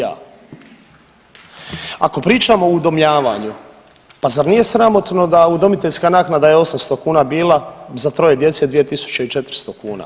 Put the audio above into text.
Ako pričamo o udomljavanju, pa zar nije sramotno da udomiteljska naknada je 800 kuna bila za troje djece 2 400 kuna.